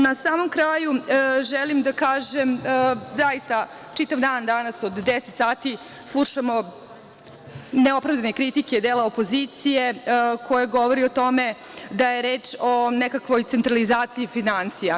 Na samom kraju, želim da kažem da zaista, čitav dam danas, od 10 sati, slušamo neopravdane kritike dela opozicije, koja govori o tome da je reč o nekakvoj centralizaciji finansija.